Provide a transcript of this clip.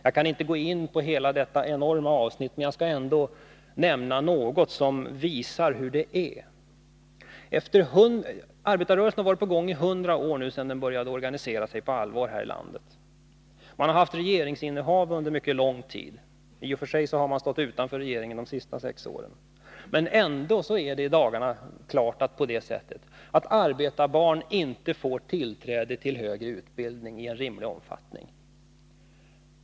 Jag kan inte gå in på hela detta enorma avsnitt, men jag skall ändå nämna något som visar hur det är. Arbetarrörelsen har nu varit i gång i 100 år, sedan den började organisera sig på allvar här i landet. Man har haft regeringsställning under mycket lång tid—även om mani och för sig har stått utanför regeringen de senaste sex åren — men ändå är det i dag klart på det sättet att arbetarbarn inte får tillträde till högre utbildning i en rimlig omfattning.